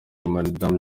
madame